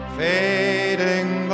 fading